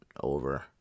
over